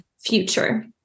future